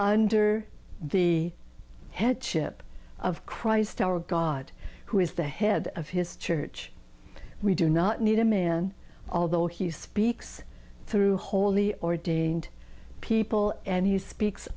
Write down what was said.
under the headship of christ our god who is the head of his church we do not need a man although he speaks through holy ordained people and he speaks